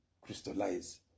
crystallize